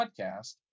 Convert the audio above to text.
podcast